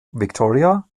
victoria